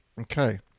Okay